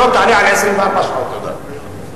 שלא תעלה על 24 שעות." תודה.